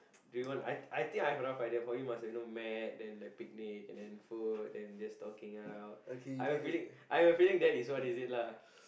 do you want I I think I have a rough idea for you must have you know mat then like picnic and then food then just talking around I have a feeling I have a feeling that is what is it lah